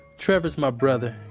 trevor's my brother,